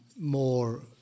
more